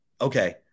Okay